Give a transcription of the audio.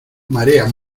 marea